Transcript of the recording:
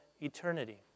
eternity